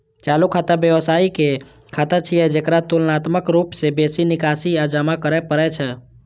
चालू खाता व्यवसायी के खाता छियै, जेकरा तुलनात्मक रूप सं बेसी निकासी आ जमा करै पड़ै छै